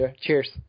cheers